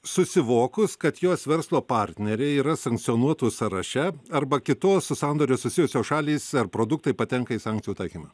susivokus kad jos verslo partneriai yra sankcionuotų sąraše arba kitos su sandoriu susijusios šalys ar produktai patenka į sankcijų taikymą